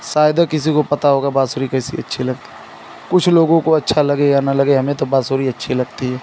शायद ही किसी को पता होगा बाँसुरी कैसी अच्छी है लगती कुछ लोगों को अच्छा लगे या ना लगे हमें तो बाँसुरी अच्छी लगती है